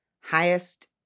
highest